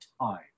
time